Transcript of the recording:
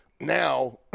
now